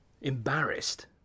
Embarrassed